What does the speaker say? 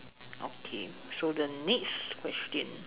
okay so the next question